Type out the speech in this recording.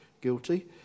guilty